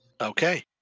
Okay